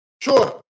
Sure